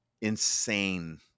Insane